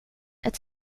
ett